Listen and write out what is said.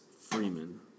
Freeman